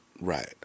right